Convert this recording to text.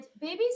babies